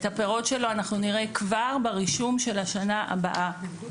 את הפירות שלו אנחנו נראה כבר ברישום של השנה הבאה.